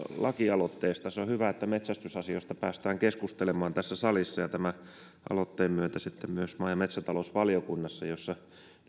lakialoitteesta se on hyvä että metsästysasioista päästään keskustelemaan tässä salissa ja tämän aloitteen myötä sitten myös maa ja metsätalousvaliokunnassa jossa